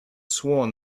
sworn